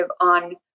on